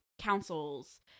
councils